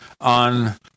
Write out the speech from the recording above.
on